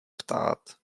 ptát